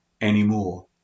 anymore